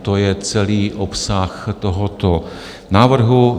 To je celý obsah tohoto návrhu.